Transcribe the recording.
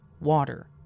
water